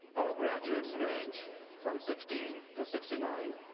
our graduates range from sixteen to sixty nine,